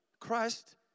Christ